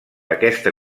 aquesta